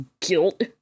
guilt